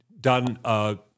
done